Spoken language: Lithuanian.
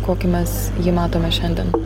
kokį mes jį matome šiandien